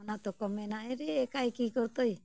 ᱚᱱᱟ ᱫᱚᱠᱚ ᱢᱮᱱᱟ ᱮᱭᱨᱮ ᱠᱟᱭᱠᱤ ᱠᱳᱭᱛᱮ